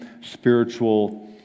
spiritual